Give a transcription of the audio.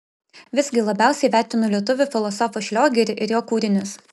visgi labiausiai vertinu lietuvių filosofą šliogerį ir jo kūrinius